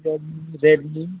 Redmi